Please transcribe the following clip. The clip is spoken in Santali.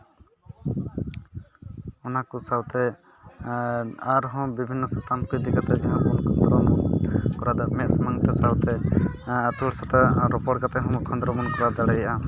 ᱚᱱᱟ ᱠᱚ ᱥᱟᱶᱛᱮ ᱟᱨᱦᱚᱸ ᱵᱤᱵᱷᱤᱱᱱᱚ ᱥᱟᱛᱟᱢ ᱠᱚ ᱤᱫᱤ ᱠᱟᱛᱮ ᱡᱮᱢᱚᱱ ᱟᱛᱳ ᱦᱚᱲ ᱥᱟᱞᱟᱜ ᱨᱚᱯᱚᱲ ᱠᱟᱛᱮ ᱠᱷᱚᱸᱫᱽᱨᱚᱱ ᱵᱚᱱ ᱠᱚᱨᱟᱣ ᱫᱟᱲᱮᱭᱟᱜᱼᱟ